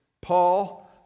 Paul